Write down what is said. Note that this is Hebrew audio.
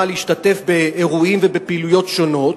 להשתתף באירועים ובפעילויות שונות,